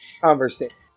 Conversation